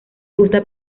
gusta